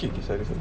oh okay lah